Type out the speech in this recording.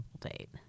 date